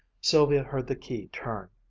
sylvia heard the key turn.